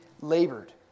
labored